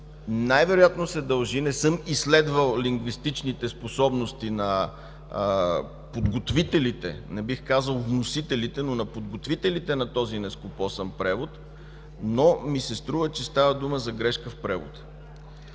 най-вероятно се дължи – не съм изследвал лингвистичните способности на подготвителите, не бих казал „вносителите”, но на подготвителите на този нескопосан превод, но ми се струва, че става дума за грешка в превода.